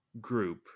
group